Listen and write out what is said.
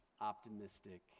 optimistic